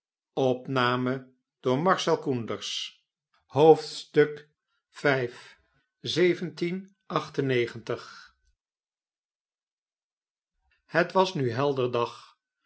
hot was nu helder dag